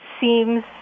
seems